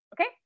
Okay